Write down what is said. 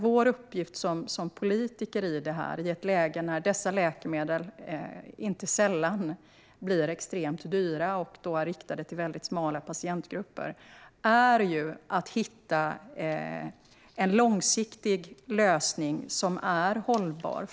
Vår uppgift som politiker i ett läge när dessa läkemedel, som riktar sig till smala patientgrupper, inte sällan blir extremt dyra är att hitta en långsiktig lösning som är hållbar.